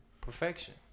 perfection